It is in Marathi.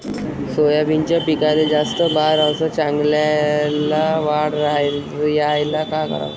सोयाबीनच्या पिकाले जास्त बार अस चांगल्या वाढ यायले का कराव?